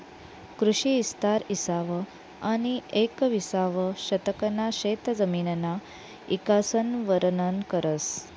कृषी इस्तार इसावं आनी येकविसावं शतकना शेतजमिनना इकासन वरनन करस